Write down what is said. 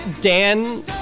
Dan